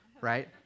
right